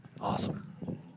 Awesome